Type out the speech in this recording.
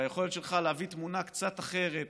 והיכולת שלך להביא תמונה קצת אחרת